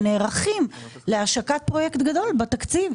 נערכים להשקת פרויקט גדול כשיהיה תקציב,